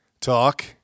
talk